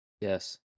yes